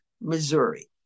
Missouri